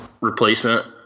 replacement